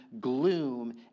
gloom